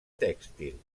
tèxtil